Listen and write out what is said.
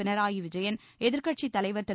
பினராயி விஜயன் எதிர்க்கட்சித் தலைவர் திரு